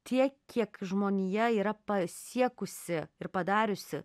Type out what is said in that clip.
tiek kiek žmonija yra pasiekusi ir padariusi